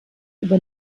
über